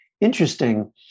interesting